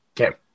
Okay